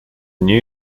new